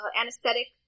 anesthetic